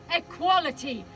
equality